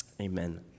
Amen